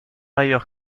ailleurs